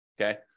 okay